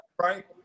right